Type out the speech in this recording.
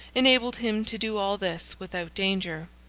enabled him to do all this without danger.